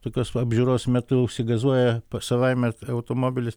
tokios apžiūros metu užsigazuoja pats savaime automobilis